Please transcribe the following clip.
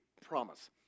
Promise